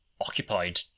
occupied